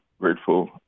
grateful